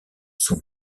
son